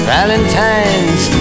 Valentine's